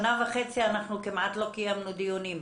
שנה וחצי כמעט לא קיימנו דיונים,